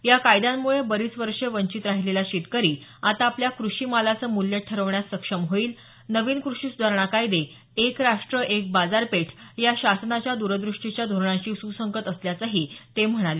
या कायद्यांमुळे बरीच वर्षे वंचित राहिलेला शेतकरी आता आपल्या क्रेषी मालाचे मूल्य ठरवण्यास सक्षम होईल नवीन कृषी सुधारणा कायदे एक राष्ट्र एक बाजारपेठ या शासनाच्या द्रद्रष्टीच्या धोरणांशी सुसंगत असल्याचंही ते म्हणाले